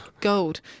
Gold